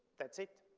that's it.